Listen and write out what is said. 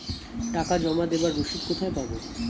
টাকা জমা দেবার রসিদ কোথায় পাব?